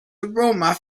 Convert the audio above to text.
aroma